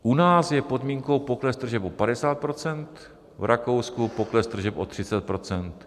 U nás je podmínkou pokles tržeb o 50 %, v Rakousku pokles tržeb o 30 %.